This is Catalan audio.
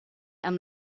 amb